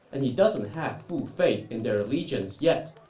and he doesn't have full faith in their allegiance yet.